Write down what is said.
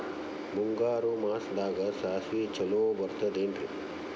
ಮುಂಗಾರು ಮಾಸದಾಗ ಸಾಸ್ವಿ ಛಲೋ ಬೆಳಿತೈತೇನ್ರಿ?